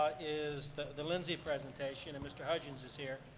is the the lindsay presentation and mr. hugins is here,